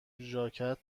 ژاکت